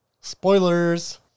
Spoilers